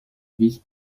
bis